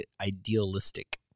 idealistic